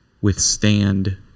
withstand